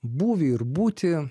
būvį ir būtį